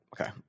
Okay